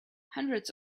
hundreds